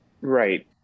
Right